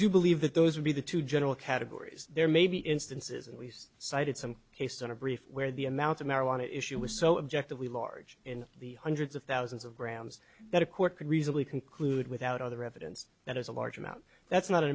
do believe that those would be the two general categories there may be instances and least cited some based on a brief where the amount of marijuana issue was so objective we large in the hundreds of thousands of grounds that a court could reasonably conclude without other evidence that is a large amount that's not